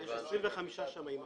25 שמאים מכריעים.